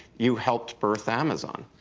you helped birth amazon.